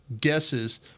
guesses